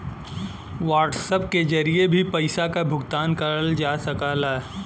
WhatsApp के जरिए भी पइसा क भुगतान करल जा सकला